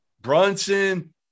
Brunson